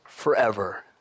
forever